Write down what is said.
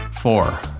Four